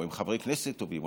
או הם חברי כנסת טובים,